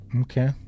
Okay